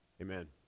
amen